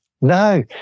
No